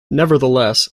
nevertheless